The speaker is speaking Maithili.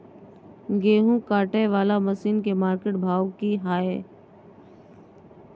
गेहूं काटय वाला मसीन के मार्केट भाव की हय?